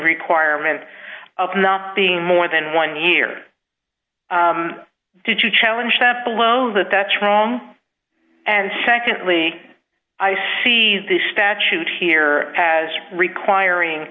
requirement of not being more than one year did you challenge that below that that's wrong and secondly i see the statute here has